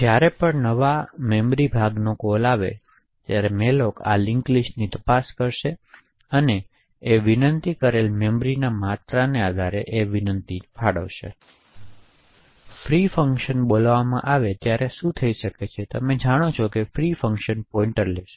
જ્યારે ફ્રી ફંક્શનને બોલાવવામાં આવે ત્યારે શું થઈ શકે છે તમે જાણો છો કે ફ્રી ફંક્શન પોઇન્ટર લેશે